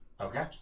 Okay